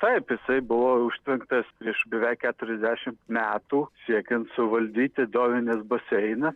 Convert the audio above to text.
taip jisai buvo užtvenktas prieš beveik keturiasdešimt metų siekiant suvaldyti dovinės baseiną